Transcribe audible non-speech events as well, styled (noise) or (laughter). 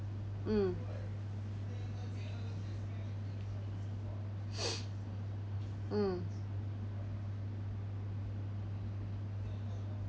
mm (noise) mm